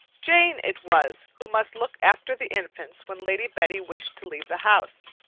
jane it was who must look after the infants when lady betty wished to leave the house.